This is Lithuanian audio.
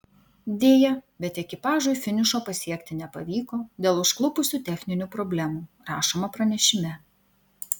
deja bet ekipažui finišo pasiekti nepavyko dėl užklupusių techninių problemų rašoma pranešime